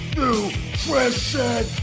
nutrition